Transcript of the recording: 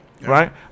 right